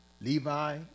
Levi